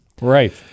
right